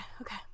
okay